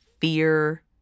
fear